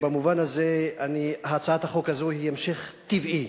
במובן הזה, הצעת החוק הזאת היא המשך טבעי